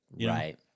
right